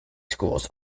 schools